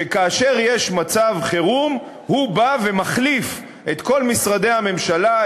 שכאשר יש מצב חירום הוא בא ומחליף את כל משרדי הממשלה,